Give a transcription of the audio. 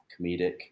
comedic